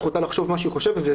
זכותה לחשוב מה שהיא חושבת.